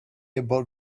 about